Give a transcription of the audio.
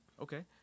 Okay